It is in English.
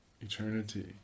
eternity